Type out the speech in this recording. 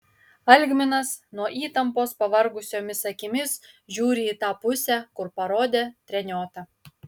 algminas nuo įtampos pavargusiomis akimis žiūri į tą pusę kur parodė treniota